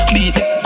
Beat